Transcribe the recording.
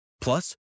plus